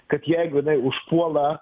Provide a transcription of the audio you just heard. kad jeigu jinai užpuola